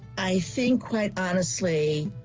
i think quite honestly,